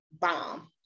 bomb